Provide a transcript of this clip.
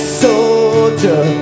soldier